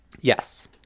Yes